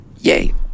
Yay